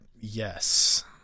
yes